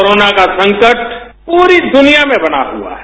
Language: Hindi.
कोरोना का संकट पूरी दुनिया में बना हुआ है